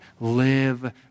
Live